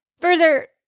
Further